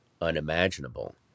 unimaginable